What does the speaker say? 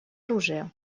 оружия